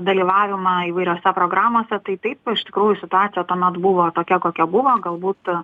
dalyvavimą įvairiose programose tai taip iš tikrųjų situacija tuomet buvo tokia kokia buvo galbūt